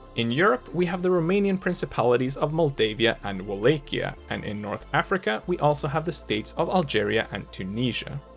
in europe, we have the romanian principalities of moldavia and wallachia, and in north africa, we also have the states of algeria and tunisia.